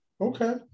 Okay